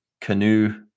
canoe